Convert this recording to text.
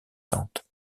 tante